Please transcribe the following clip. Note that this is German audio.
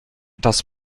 das